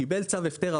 קיבל צו הפטר,